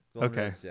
Okay